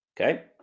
Okay